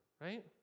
right